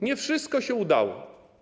Nie wszystko się udało.